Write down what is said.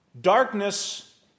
Darkness